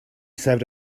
saved